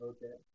Okay